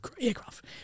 aircraft